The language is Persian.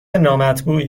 نامطبوعی